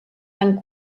tant